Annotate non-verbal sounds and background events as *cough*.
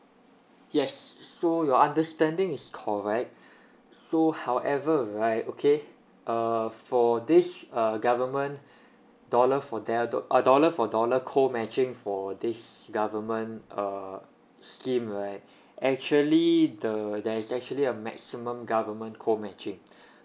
yes s~ so your understanding is correct *breath* so however right okay uh for this uh government *breath* dollar for there the uh dollar for dollar co matching for this government uh scheme right actually the there is actually a maximum government co matching